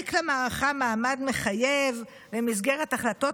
להעניק למערכה מעמד מחייב במסגרת החלטות